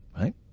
right